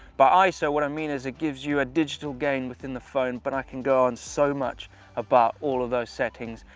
by iso, what i mean is it gives you a digital gain within the phone, but i could go on so much about all of those settings.